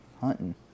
hunting